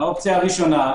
האופציה הראשונה,